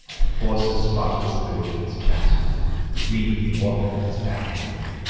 to force a spotlesse virgins chastitie, to reaue the orphan of his patrimonie,